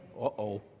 Uh-oh